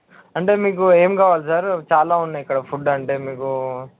అంటే మీకు ఏం కావాలి సార్ చాలా ఉన్నాయి ఇక్కడ ఫుడ్ అంటే మీకు